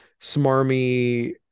smarmy